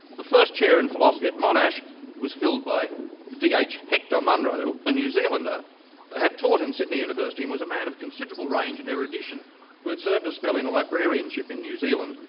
the first chair in philosophy at monash was filled by d. h. hector munro, a new zealander, who had taught in sydney university and was a man of considerable range and erudition who had served a spell in librarianship in new zealand,